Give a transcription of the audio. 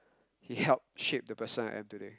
he helped shape the person I am today